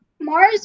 mars